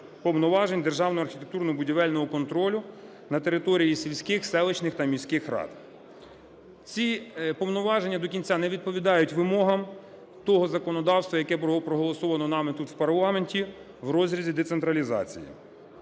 повноважень державною архітектурно-будівельного контролю на території сільських, селищних та міських рад. Ці повноваження до кінця не відповідають вимогам того законодавства, яке було проголосовано нами тут в парламенті в розрізі децентралізації,